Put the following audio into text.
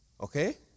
Okay